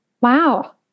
Wow